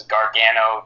Gargano